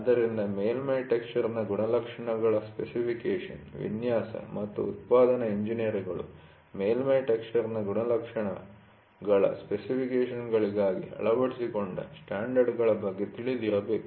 ಆದ್ದರಿಂದ ಮೇಲ್ಮೈ ಟೆಕ್ಸ್ಚರ್'ನ ಗುಣಲಕ್ಷಣಗಳ ಸ್ಪೆಸಿಫಿಕೇಶನ್ ವಿನ್ಯಾಸ ಮತ್ತು ಉತ್ಪಾದನಾ ಎಂಜಿನಿಯರ್ಗಳು ಮೇಲ್ಮೈ ಟೆಕ್ಸ್ಚರ್'ನ ಗುಣಲಕ್ಷಣಗಳ ಸ್ಪೆಸಿಫಿಕೇಶನ್'ಗಾಗಿ ಅಳವಡಿಸಿಕೊಂಡ ಸ್ಟ್ಯಾಂಡರ್ಡ್'ಗಳ ಬಗ್ಗೆ ತಿಳಿದಿರಬೇಕು